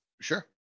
sure